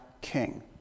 King